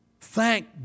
Thank